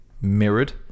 mirrored